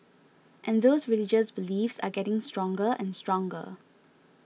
and those religious beliefs are getting stronger and stronger